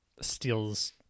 steals